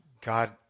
God